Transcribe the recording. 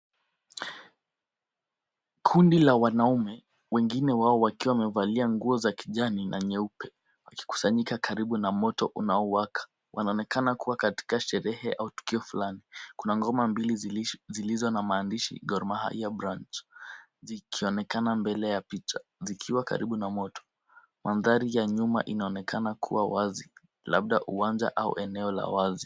Kundi la wanaume, wengine wao wakiwa wamevalia nguo za kijani na nyeupe, wakikusanyika karibu na moto unaowaka. Wanaoonekana kuwa katika sherehe au tukio fulani. Kuna ngoma mbili zilizo na maandishi Gor Mahia Branch, zikionekana mbele ya picha, zikiwa karibu na moto. Mandhari ya nyuma inaonekana kuwa wazi, labda uwanja au eneo la wazi.